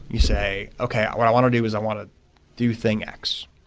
you say, okay. what i want to do is i want to do thing x.